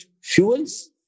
fuels